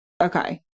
Okay